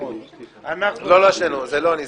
ההסכמות --- זה לא אני.